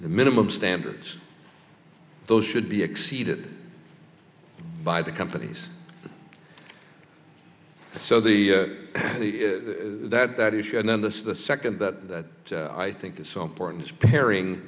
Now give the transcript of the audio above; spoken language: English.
minimum standards those should be exceeded by the companies so the that that issue and then this the second that that i think it's so important sparing